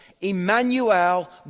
Emmanuel